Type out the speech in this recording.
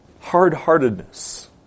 hard-heartedness